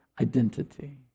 identity